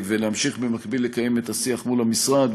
ולהמשיך במקביל לקיים את השיח מול המשרד.